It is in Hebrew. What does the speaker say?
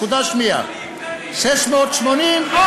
נקודה שנייה, 680. 680?